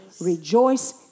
Rejoice